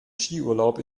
skiurlaub